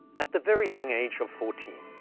at the very young age of fourteen,